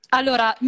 allora